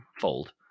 fold